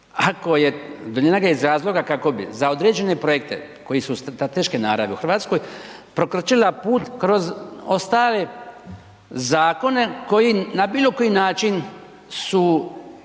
ako je, donijela ga je iz razloga kako bi za određene projekte koji su strateške naravi u RH, prokrčila put kroz ostale zakone koji na bilo koji način su